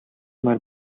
морь